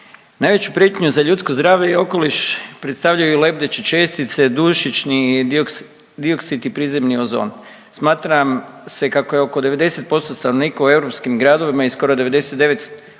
Najveću prijetnju za ljudsko zdravlje i okoliš predstavljaju i lebdeće čestice, dušični dioksid i prizemni ozon. Smatram kako se oko 90% stanovnika u europskim gradovima i skoro 99%